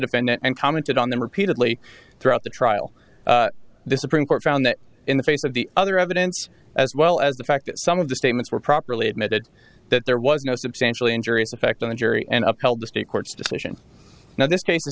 defendant and commented on them repeatedly throughout the trial this supreme court found that in the face of the other evidence as well as the fact that some of the statements were properly admitted that there was no substantially injurious effect on the jury and up held the state court's decision now